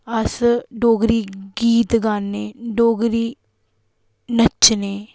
अस डोगरी गीत गाने डोगरी नच्चने